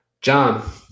John